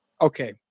okay